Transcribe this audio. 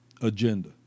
agenda